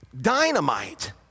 dynamite